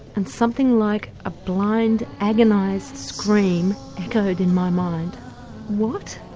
and something like a blind agonised scream echoed in my mind what?